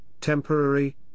temporary